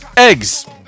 Eggs